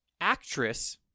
Actress